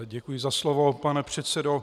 Děkuji za slovo, pane předsedo.